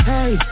Hey